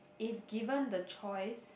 if given the choice